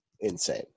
Insane